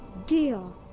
deal.